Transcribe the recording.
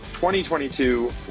2022